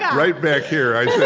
yeah right back here, i said,